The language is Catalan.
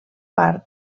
part